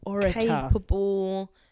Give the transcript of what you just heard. capable